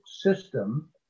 system